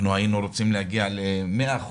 היינו רוצים להגיע ל-100%,